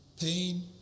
pain